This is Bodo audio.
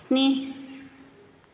स्नि